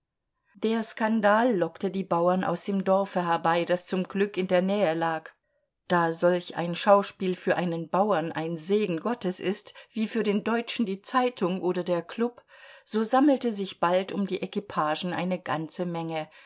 der skandal lockte die bauern aus dem dorfe herbei das zum glück in der nähe lag da solch ein schauspiel für einen bauern ein segen gottes ist wie für den deutschen die zeitung oder der klub so sammelte sich bald um die equipagen eine ganze menge